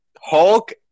Hulk